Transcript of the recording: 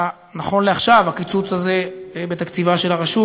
נכון לעכשיו הקיצוץ הזה בתקציבה של הרשות